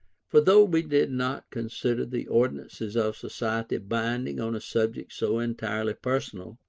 for though we did not consider the ordinances of society binding on a subject so entirely personal,